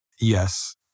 Yes